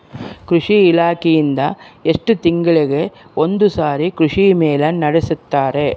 ಕೃಷಿ ಇಲಾಖೆಯಿಂದ ಎಷ್ಟು ತಿಂಗಳಿಗೆ ಒಂದುಸಾರಿ ಕೃಷಿ ಮೇಳ ನಡೆಸುತ್ತಾರೆ?